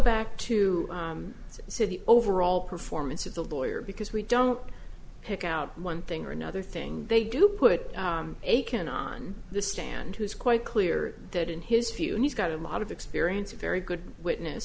back to see the overall performance of the lawyer because we don't pick out one thing or another thing they do put a can on the stand who's quite clear that in his view and he's got a lot of experience a very good witness